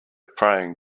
praying